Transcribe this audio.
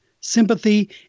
sympathy